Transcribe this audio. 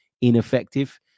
ineffective